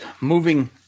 moving –